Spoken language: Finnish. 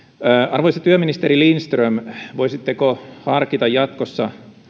arvoisa työministeri lindström voisitteko harkita jatkossa